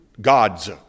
gods